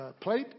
plate